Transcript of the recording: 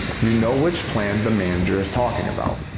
you know which plan the manager is talking about.